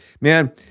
man